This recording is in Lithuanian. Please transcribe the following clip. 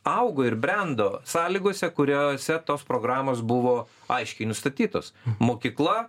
augo ir brendo sąlygose kuriose tos programos buvo aiškiai nustatytos mokykla